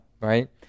right